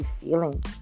feeling